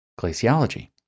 Glaciology